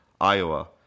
Iowa